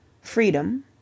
freedom